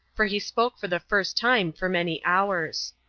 for he spoke for the first time for many hours.